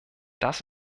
das